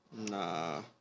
Nah